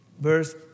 verse